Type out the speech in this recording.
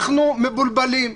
אנחנו מבולבלים.